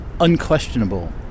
unquestionable